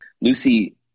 Lucy